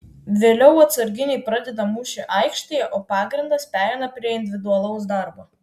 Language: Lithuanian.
vėliau atsarginiai pradeda mūšį aikštėje o pagrindas pereina prie individualaus darbo